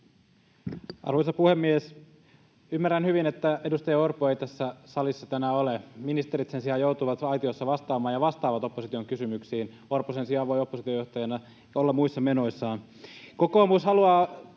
Arvoisa puhemies! Ymmärrän hyvin, että edustaja Orpo ei tässä salissa tänään ole. Ministerit sen sijaan joutuvat aitiossa vastaamaan ja vastaavat opposition kysymyksiin — Orpo sen sijaan voi oppositiojohtajana olla muissa menoissaan.